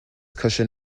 cushion